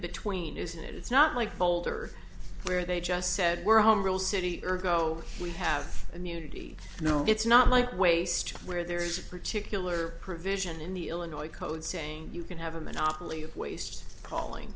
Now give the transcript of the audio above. between isn't it it's not like boulder where they just said we're home rule city ergo we have immunity no it's not like waste where there's a particular provision in the illinois code saying you can have a monopoly of waste calling